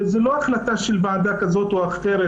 זה לא החלטה של ועדה כזאת או אחרת,